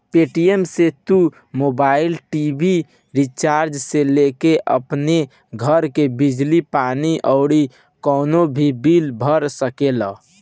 Paytm से तू mobile, TV recharge से लेके अपनी घर के बिजली पानी अउरी कवनो भी बिल भर सकेला